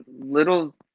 little